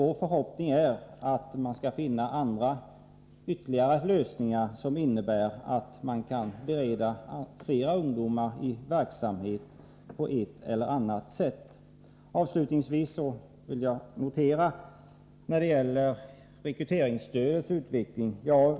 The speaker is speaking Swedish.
Vår förhoppning är att man skall finna ytterligare lösningar som innebär att fler ungdomar kan beredas verksamhet på ett eller annat sätt. Avslutningsvis frågan om rekryteringsstödets utveckling.